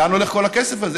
ולאן הולך כל הכסף הזה?